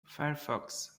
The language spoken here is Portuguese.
firefox